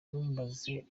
ntumbaze